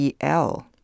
EL